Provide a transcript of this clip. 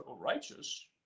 Righteous